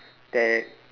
there